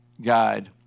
guide